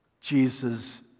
Jesus